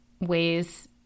ways